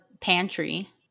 pantry